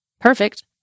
perfect